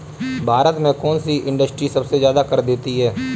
भारत में कौन सी इंडस्ट्री सबसे ज्यादा कर देती है?